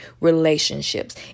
relationships